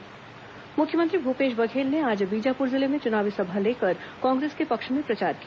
मुख्यमंत्री बीजापुर मुख्यमंत्री भूपेश बघेल ने आज बीजापुर जिले में चुनावी सभा लेकर कांग्रेस के पक्ष में प्रचार किया